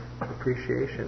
appreciation